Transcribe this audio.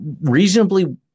reasonably